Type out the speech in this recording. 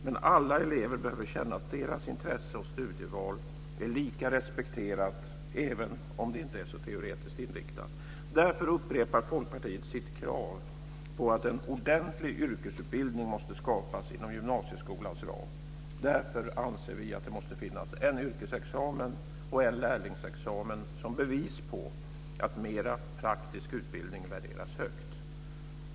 Men alla elever behöver känna att deras intresse och studieval är lika respekterat även om det inte är så teoretiskt inriktat. Därför upprepar Folkpartiet sitt krav på att en ordentlig yrkesutbildning måste skapas inom gymnasieskolans ram. Därför anser vi att det måste finnas en yrkesexamen och en lärlingsexamen som bevis på att mera praktisk utbildning värderas högt.